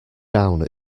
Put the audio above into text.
down